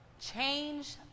Change